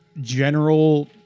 general